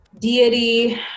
deity